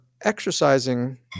exercising